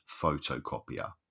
photocopier